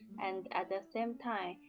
and, at the same time,